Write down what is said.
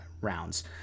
rounds